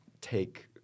take